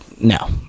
no